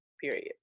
period